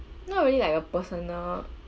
not really like a personal